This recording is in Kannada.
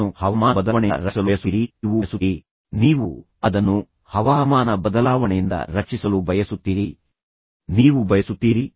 ಅದನ್ನು ಶತ್ರುಗಳಿಂದ ರಕ್ಷಿಸಲು ನೀವು ಅದನ್ನು ಹವಾಮಾನ ಬದಲಾವಣೆಯಿಂದ ರಕ್ಷಿಸಲು ಬಯಸುತ್ತೀರಿ ನೀವು ಬಯಸುತ್ತೀರಿ